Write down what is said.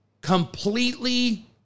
completely